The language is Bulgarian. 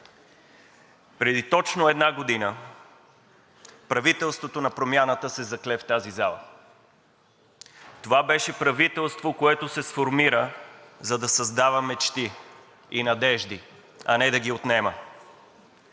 Преди точно една година правителството на „Промяната“ се закле в тази зала. Това беше правителство, което се сформира, за да създава мечти и надежди, а не да ги отнема.